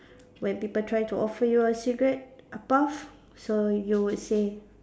when people try to offer you a cigarette a puff so you would say